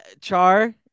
char